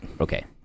Okay